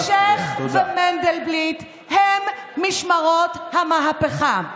חברים, אלשייך ומנדלבליט הם משמרות המהפכה.